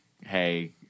hey